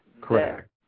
Correct